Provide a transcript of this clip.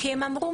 כי הם אמרו,